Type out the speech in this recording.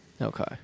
Okay